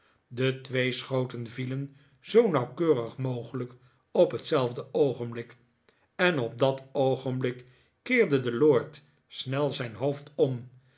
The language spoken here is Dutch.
de twee schoten vielen zoo nauwkeurig mogelijk op hetzelfde oogenblik en op dat oogenblik keerde de lord snel zijn hoofd om